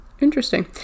Interesting